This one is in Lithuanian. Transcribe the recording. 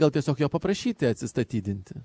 gal tiesiog jo paprašyti atsistatydinti